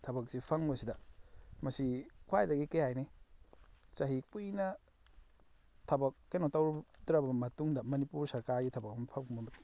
ꯊꯕꯛꯁꯤ ꯐꯪꯕꯁꯤꯗ ꯃꯁꯤ ꯈ꯭ꯋꯥꯏꯗꯒꯤ ꯀꯔꯤ ꯍꯥꯏꯅꯤ ꯆꯍꯤ ꯀꯨꯏꯅ ꯊꯕꯛ ꯀꯩꯅꯣ ꯇꯧꯔꯨꯗ꯭ꯔꯕ ꯃꯇꯨꯡꯗ ꯃꯅꯤꯄꯨꯔ ꯁꯔꯀꯥꯔꯒꯤ ꯊꯕꯛ ꯑꯃ ꯐꯪꯕ ꯃꯇꯝ